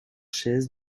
chaises